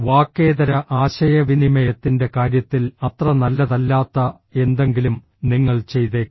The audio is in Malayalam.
വാക്കേതര ആശയവിനിമയത്തിന്റെ കാര്യത്തിൽ അത്ര നല്ലതല്ലാത്ത എന്തെങ്കിലും നിങ്ങൾ ചെയ്തേക്കാം